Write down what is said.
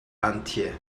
antje